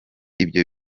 ibyo